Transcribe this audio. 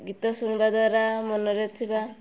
ଗୀତ ଶୁଣିବା ଦ୍ୱାରା ମନରେ ଥିବା